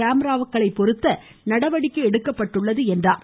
கேமராக்கள் பொருத்த நடவடிக்கை எடுக்கப்பட்டுள்ளது என்றார்